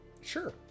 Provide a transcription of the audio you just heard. sure